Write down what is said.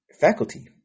faculty